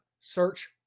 Search